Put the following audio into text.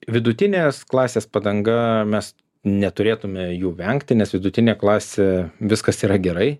vidutinės klasės padanga mes neturėtume jų vengti nes vidutinė klasė viskas yra gerai